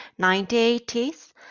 1980s